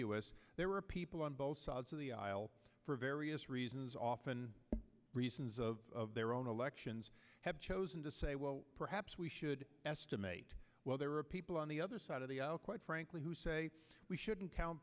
s there were people on both sides of the aisle for various reasons often reasons of their own elections have chosen to say well perhaps we should estimate well there are people on the other side of the aisle quite frankly who say we shouldn't count